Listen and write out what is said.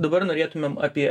dabar norėtumėm apie